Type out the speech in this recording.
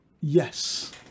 Yes